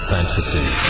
Fantasy